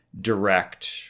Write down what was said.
direct